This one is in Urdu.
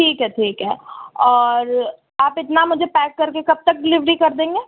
ٹھیک ہے ٹھیک ہے اور آپ اتنا مجھے پیک کر کے کب تک ڈلیوری کر دیں گے